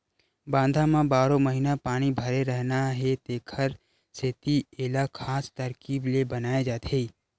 बांधा म बारो महिना पानी भरे रहना हे तेखर सेती एला खास तरकीब ले बनाए जाथे